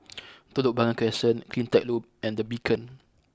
Telok Blangah Crescent Cleantech Loop and The Beacon